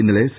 ഇന്നലെ സി